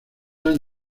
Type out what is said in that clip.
años